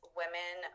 women